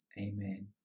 amen